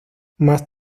más